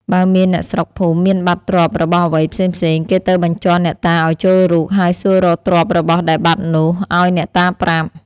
បើមានអ្នកស្រុកភូមិមានបាត់ទ្រព្យរបស់អ្វីផ្សេងៗ គេទៅបញ្ជាន់អ្នកតាឲ្យចូលរូប ហើយសួររកទ្រព្យរបស់ដែលបាត់នោះ ឲ្យអ្នកតាប្រាប់ ។